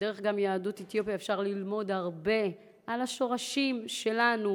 דרך יהדות אתיופיה אפשר גם ללמוד הרבה על השורשים שלנו,